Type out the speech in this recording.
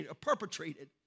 perpetrated